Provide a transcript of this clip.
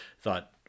thought